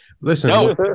Listen